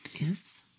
Yes